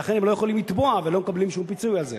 לכן הם לא יכולים לתבוע ולא מקבלים שום פיצוי על זה.